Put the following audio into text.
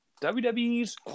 WWE's